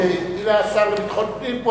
אבל הנה השר לביטחון פנים.